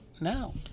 now